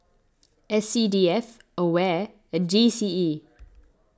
S C D F Aware and G C E